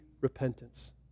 repentance